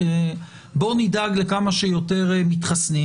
בואו נדאג לכמה שיותר מתחסנים